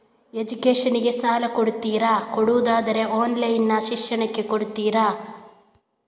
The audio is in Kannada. ಎಜುಕೇಶನ್ ಗೆ ಸಾಲ ಕೊಡ್ತೀರಾ, ಕೊಡುವುದಾದರೆ ಆನ್ಲೈನ್ ಶಿಕ್ಷಣಕ್ಕೆ ಕೊಡ್ತೀರಾ?